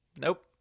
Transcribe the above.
Nope